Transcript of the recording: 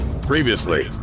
Previously